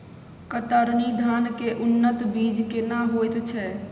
कतरनी धान के उन्नत बीज केना होयत छै?